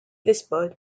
whispered